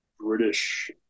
British